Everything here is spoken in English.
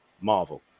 Marvel